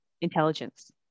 intelligence